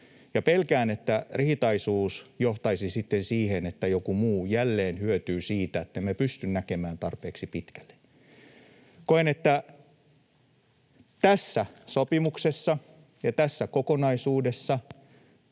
pelkään, että riitaisuus johtaisi sitten siihen, että joku muu jälleen hyötyy siitä, ettemme pysty näkemään tarpeeksi pitkälle. Koen, että tässä sopimuksessa ja tässä kokonaisuudessa